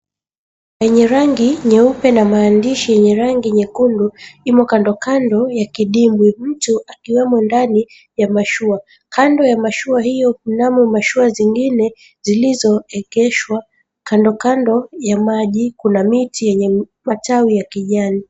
Yenye rangi nyeupe na maandishi yenye rangi nyekundu imo kandokando ya kidimbwi. Mtu akiwemo ndani ya mashua. Kando ya mashua hiyo kunamo mashua zingine zilizoegeshwa. Kandokando ya maji kuna miti yenye matawi ya kijani.